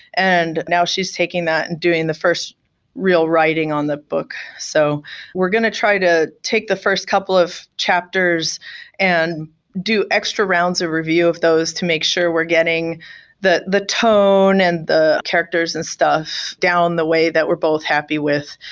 and now she's taking that and doing the first real writing on the book. so we're going to try to take the first couple of chapters and do extra rounds or review of those to make sure we're getting the the tone and the characters and stuff down the way that we're both happy with.